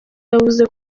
yavuze